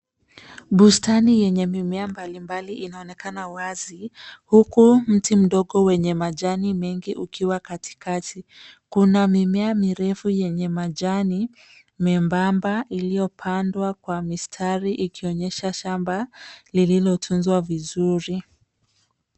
Bustani yenye mimea mbalimbali inaonekana wazi, huku mti mdogo wenye majani mengi ukiwa katikati. Kuna mimea mirefu yenye majani mebamba iliyopandwa kwa mistari ikionyesha shamba lililotunzwa vizuri.